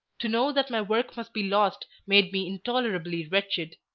to know that my work must be lost made me intolerably wretched.